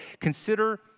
Consider